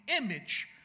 image